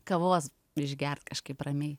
kavos išgert kažkaip ramiai